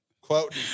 Quote